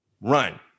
run